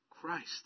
Christ